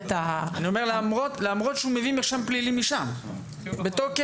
למרות שהוא מביא משם מרשם פלילי שהוא בתוקף.